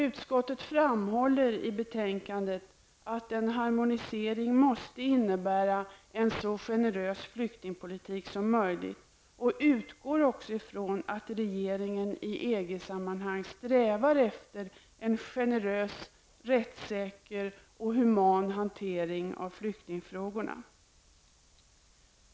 Utskottet framhåller i betänkandet att en harmonisering måste innebära en så generös flyktingpolitik som möjligt och utgår också ifrån att regeringen i EG-sammanhang strävar efter en generös, rättssäker och human hantering av flyktingfrågorna.